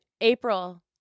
April